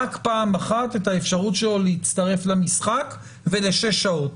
פעם אחת את האפשרות שלו להצטרף למשחק ולשש שעות?